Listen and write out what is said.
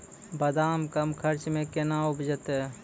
बादाम कम खर्च मे कैना उपजते?